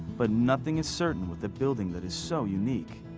but nothing is certain with a building that is so unique.